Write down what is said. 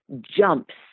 jumps